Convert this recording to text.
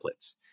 templates